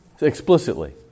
Explicitly